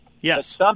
Yes